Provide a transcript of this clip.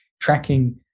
tracking